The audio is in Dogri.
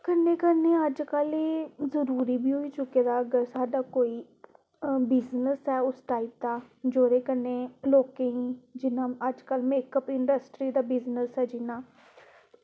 किन्ना करना अजकल्ल अगर होई चुक्के दा साढ़ा कोई बिज़नेस दा जां इस टाईप दा जेह्दे कन्नै मेकअप ई जि'यां मेकअप इंडस्ट्री दा ऐ जि'यां